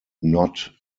not